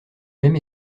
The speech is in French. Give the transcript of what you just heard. même